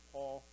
Paul